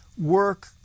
work